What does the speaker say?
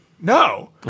No